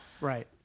Right